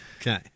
Okay